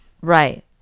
right